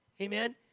Amen